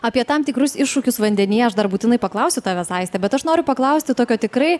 apie tam tikrus iššūkius vandenyje aš dar būtinai paklausiu tavęs aiste bet aš noriu paklausti tokio tikrai